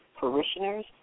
parishioners